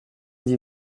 d’y